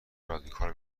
رادیکال